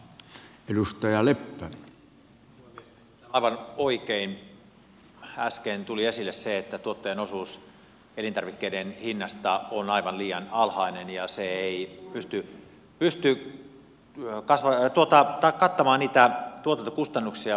aivan oikein äsken tuli esille se että tuottajan osuus elintarvikkeiden hinnasta on aivan liian alhainen ja se ei pysty kattamaan niitä tuotantokustannuksia mitä viljelijöille alkutuotannossa aiheutuu